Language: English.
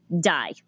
die